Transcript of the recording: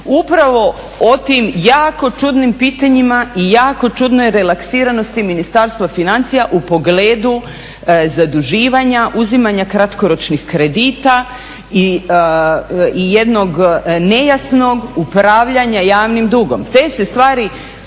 upravo o tim jako čudnim pitanjima i jako čudnoj relaksiranosti Ministarstva financija u pogledu zaduživanja, uzimanja kratkoročnih kredita i jednog nejasnog upravljanja javnim dugom.